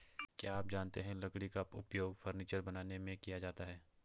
क्या आप जानते है लकड़ी का उपयोग फर्नीचर बनाने में किया जाता है?